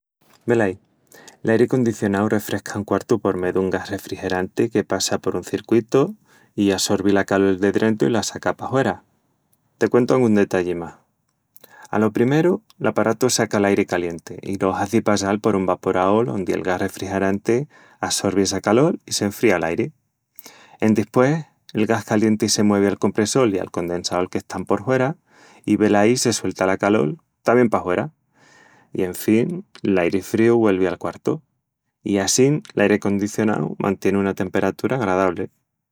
Velaí... L'airi condicionau refresca un quartu por mé dun gas refrigeranti que passa por un circuitu i assorvi la calol de drentu i la saca pahuera. Te cuentu angún detalli más. Alo primeru, l'aparatu saca l'airi calienti i lo hazi passal por un vaporaol ondi el gas refrigeranti assorvi essa calol i s'enfría l'airi. Endispués, el gas calienti se muevi al compressol i al condensaol que están por huera i velaí se suelta la calol tamién pahuera. I en fin, l'airi fríu güelvi al quartu. I assín, l'airi acondicionau mantien una temperatura agradabli.